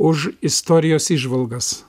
už istorijos įžvalgas